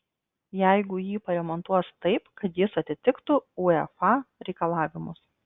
jeigu jį paremontuos taip kad jis atitiktų uefa reikalavimus